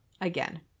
again